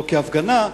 לא כהפגנה,